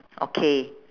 okay